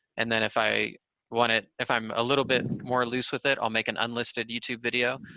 and then if i want it, if i'm a little bit more loose with it, i'll make an unlisted youtube video,